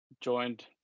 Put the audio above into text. joined